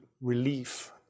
relief